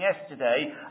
yesterday